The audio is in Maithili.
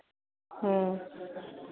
ह्म्म